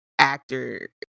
Actor